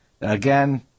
Again